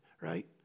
right